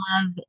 love